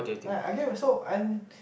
I I get also and